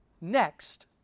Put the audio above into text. next